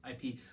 IP